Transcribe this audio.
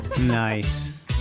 Nice